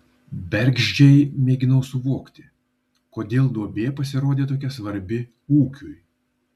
bergždžiai mėginau suvokti kodėl duobė pasirodė tokia svarbi ūkiui